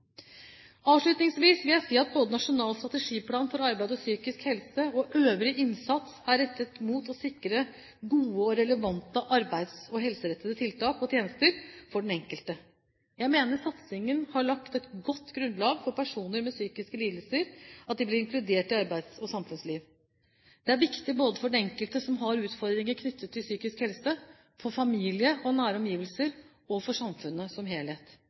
Avslutningsvis vil jeg si at både Nasjonal strategiplan for arbeid og psykisk helse og øvrig innsats er rettet mot å sikre gode og relevante arbeids- og helserettede tiltak og tjenester for den enkelte. Jeg mener satsingen har lagt et godt grunnlag for at personer med psykiske lidelser blir inkludert i arbeidsliv og samfunnsliv. Det er viktig både for den enkelte som har utfordringer knyttet til psykisk helse, for familie og nære omgivelser og for samfunnet som helhet.